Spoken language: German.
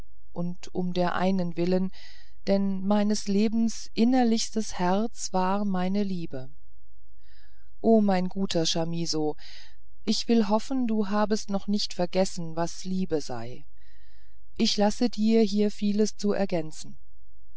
und um der einen willen denn meines lebens innerlichstes herz war meine liebe o mein guter chamisso ich will hoffen du habest noch nicht vergessen was liebe sei ich lasse dir hier vieles zu ergänzen